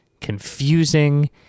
confusing